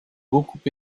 beaucoup